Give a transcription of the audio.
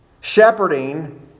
Shepherding